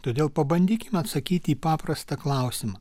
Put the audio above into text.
todėl pabandykim atsakyti į paprastą klausimą